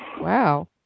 Wow